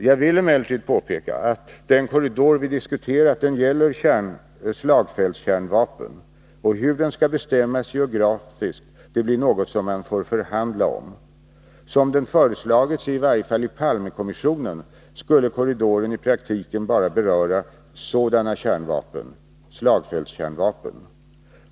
Jag vill emellertid påpeka att den korridor vi diskuterat gäller slagfältskärnvapen, och hur den skall bestämmas geografiskt blir något som man får förhandla om. Som den har föreslagits i varje fall inom Palmekommissionen skulle korridoren i praktiken bara beröra sådana kärnvapen, alltså slagfältskärnvapen.